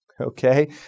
Okay